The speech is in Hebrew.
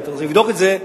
צריך לבדוק את זה,